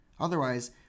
Otherwise